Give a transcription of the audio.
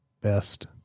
best